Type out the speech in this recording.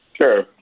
Sure